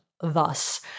thus